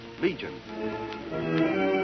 Legion